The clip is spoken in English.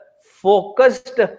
focused